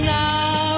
now